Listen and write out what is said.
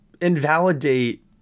invalidate